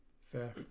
Fair